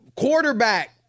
Quarterback